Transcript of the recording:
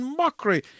mockery